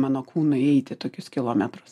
mano kūnui eiti tokius kilometrus